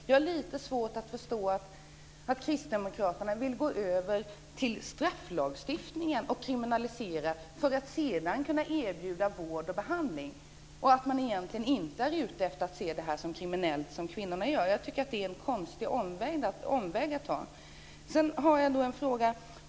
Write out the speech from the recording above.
Jag har lite svårt att förstå att Kristdemokraterna vill gå över till strafflagstiftning och kriminalisera för att sedan kunna erbjuda vård och behandling och att man egentligen inte är ute efter att se det som kvinnorna gör som kriminellt. Jag tycker att det är att ta en konstig omväg.